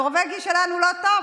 הנורבגי שלנו לא טוב?